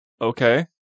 Okay